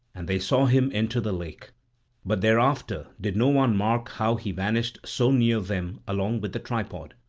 and they saw him enter the lake but thereafter did no one mark how he vanished so near them along with the tripod.